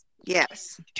yes